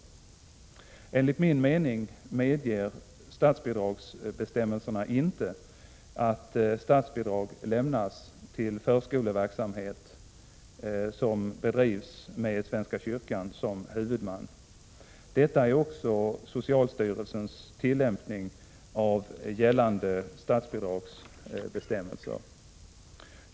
Enligt min mening medger statsbidragsbestämmelserna inte att statsbidrag lämnas till förskoleverksamhet som bedrivs med svenska kyrkan som huvudman. Detta är också socialstyrelsens tillämpning av de gällande statsbidragsbestämmelserna.